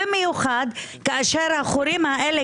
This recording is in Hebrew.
במיוחד כשהחורים הללו,